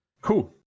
cool